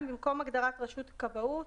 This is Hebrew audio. במקום הגדרת "רשות כבאות"